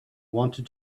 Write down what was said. wanted